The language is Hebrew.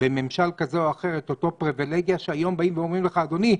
בממשל כזה או אחר את אותה פריווילגיה שהיום באים ואומרים לך: אדוני,